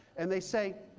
and they say,